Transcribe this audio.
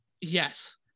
Yes